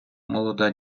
молода